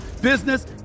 business